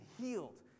healed